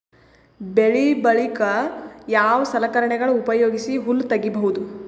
ಬೆಳಿ ಬಳಿಕ ಯಾವ ಸಲಕರಣೆಗಳ ಉಪಯೋಗಿಸಿ ಹುಲ್ಲ ತಗಿಬಹುದು?